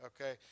Okay